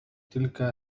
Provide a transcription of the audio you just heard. تلك